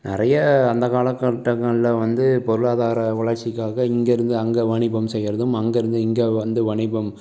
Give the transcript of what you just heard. நிறைய அந்த காலகட்டங்களில் வந்து பொருளாதார வளர்ச்சிக்காக இங்கேயிருந்து அங்கே வாணிபம் செய்கிறதும் அங்கேயிருந்து இங்கே வந்து வாணிபம்